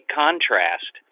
contrast